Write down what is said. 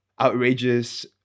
outrageous